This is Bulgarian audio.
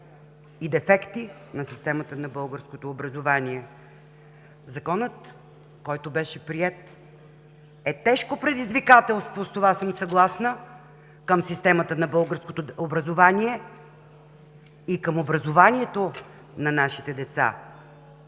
и дефекти на системата на българското образование. Законът, който беше приет, е тежко предизвикателство – с това съм съгласна, към системата на българското образование и към образованието на нашите деца.